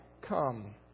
come